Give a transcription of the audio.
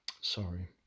Sorry